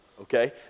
okay